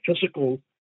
physical